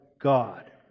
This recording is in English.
God